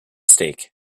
stake